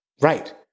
Right